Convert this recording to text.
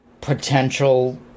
potential –